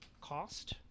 cost